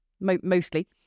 mostly